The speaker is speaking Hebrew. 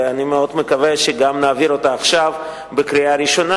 ואני מאוד מקווה שגם נעביר אותה עכשיו בקריאה ראשונה.